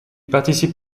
participe